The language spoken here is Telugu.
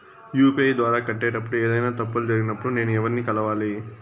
యు.పి.ఐ ద్వారా కట్టేటప్పుడు ఏదైనా తప్పులు జరిగినప్పుడు నేను ఎవర్ని కలవాలి?